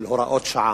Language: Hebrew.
בעניין הוראות שעה.